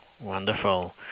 Wonderful